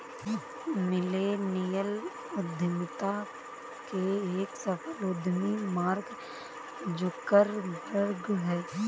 millennial उद्यमिता के एक सफल उद्यमी मार्क जुकरबर्ग हैं